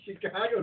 Chicago